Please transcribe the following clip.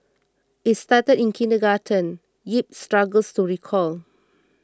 it started in kindergarten yip struggles to recall